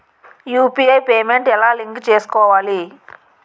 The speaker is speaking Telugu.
యు.పి.ఐ పేమెంట్ ఎలా లింక్ చేసుకోవాలి?